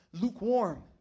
lukewarm